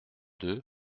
deux